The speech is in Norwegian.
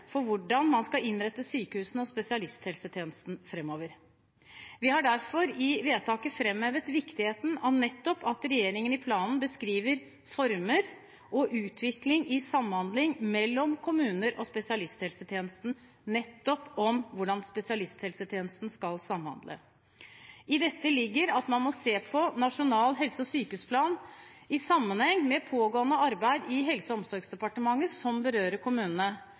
for hvordan man skal innrette sykehusene og spesialisthelsetjenesten framover. Vi har derfor i vedtaket framhevet viktigheten av at regjeringen i planen beskriver former og utvikling i samhandling mellom kommuner og spesialisthelsetjenesten – nettopp om hvordan spesialisthelsetjenesten skal samhandle. I dette ligger at man må se på nasjonal helse- og sykehusplan i sammenheng med pågående arbeid i Helse- og omsorgsdepartementet som berører kommunene.